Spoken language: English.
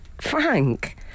Frank